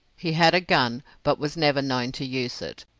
he had a gun, but was never known to use it.